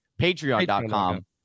patreon.com